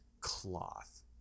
cloth